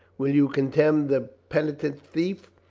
will you condemn the penitent thief?